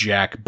Jack